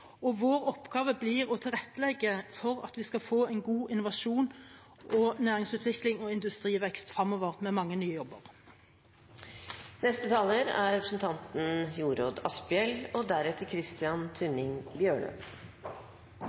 og vår oppgave blir å tilrettelegge for at vi skal få god innovasjon og næringsutvikling og industrivekst fremover, med mange nye jobber. Økende arbeidsledighet krever handling. For Arbeiderpartiet har alltid høy sysselsetting og